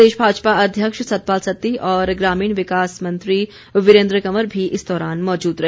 प्रदेश भाजपा अध्यक्ष सतपाल सत्ती और ग्रामीण विकास मंत्री वीरेन्द्र कंवर भी इस दौरान मौजूद रहे